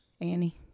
Annie